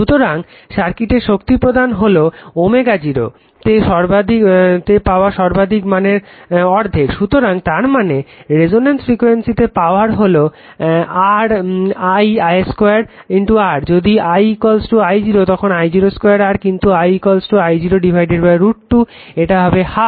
সুতরাং সার্কিটে শক্তি প্রদান হলো ω0 তে পাওয়া সর্বাধিক মানের অর্ধেক সুতরাং তার মানে রেজনেন্স ফ্রিকুয়েন্সিতে পাওয়ার হলো R I I 2 R যদি I I 0 তখন I 0 2 R কিন্তু I I 0 √ 2 এটা হবে ½